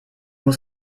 muss